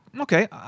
okay